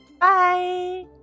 Bye